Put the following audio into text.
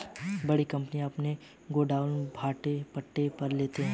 बड़ी कंपनियां अपने गोडाउन भाड़े पट्टे पर लेते हैं